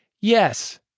Yes